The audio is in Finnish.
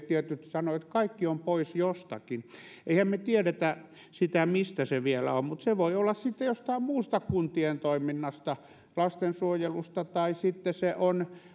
että kaikki on pois jostakin eihän me tiedetä sitä mistä se vielä on mutta se voi olla jostain muusta kuntien toiminnasta lastensuojelusta tai sitten se